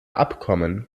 abkommen